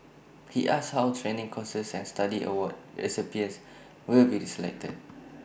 he asked how training courses and study award recipients will be selected